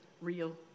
real